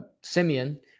Simeon